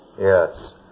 Yes